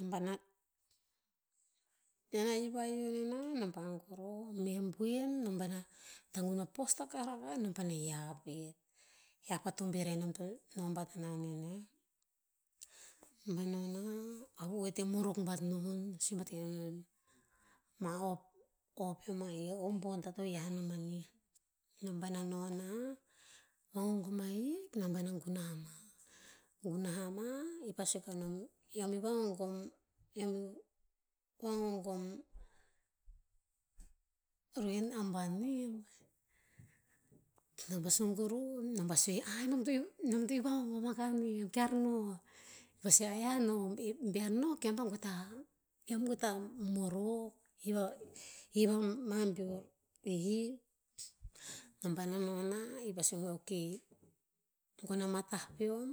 Nom bana, enn ahik vahihio nena nom pah goroh, meh boen, nom pa'ena taguin pa postakah rakah nom paena hiav peht. Hiav pa tomber eh nom to noh bat rera nen eh. Nom pa'eh no nah, avu oete morok bat non, sue bat kane non. "Mah o- opeom ah'ii, o'boda to hiah non manih." Nom paena noh nah, vagogom ahik, nom paena gunah ha mah. Gunah ha mah, ii pa sue kanom, "om iuh vagogom, eom vagogom ru'en abon nem?" Nom pah sun kuruh, nom pah sue, a nom to- nom to iuh vagogom akah nem, kear noh. Kii pah sue aiya noh bear noh, eom pa goe ta eom goe ta morok. Hiv a'hiv amah beor hiv. Nom paena noh nah, ii pah sue okay, gon ama tah peom